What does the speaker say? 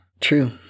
True